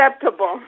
acceptable